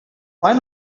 why